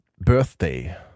birthday